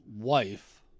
wife